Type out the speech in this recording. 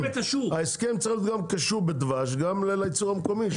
ההסכם צריך להיות גם קשור בדבש גם לייצור המקומי,